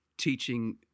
teaching